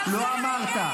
לא אמרת.